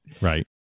Right